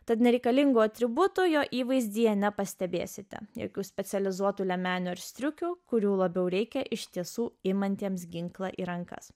tad nereikalingų atributų jo įvaizdyje nepastebėsite jokių specializuotų liemenių ir striukių kurių labiau reikia iš tiesų imantiems ginklą į rankas